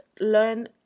learn